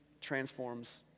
transforms